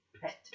Pet